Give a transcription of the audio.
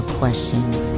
questions